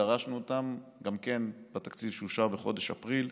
שדרשנו אותם גם בתקציב שאושר בחודש אפריל,